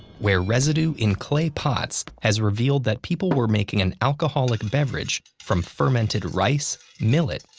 where residue in clay pots has revealed that people were making an alcoholic beverage from fermented rice, millet,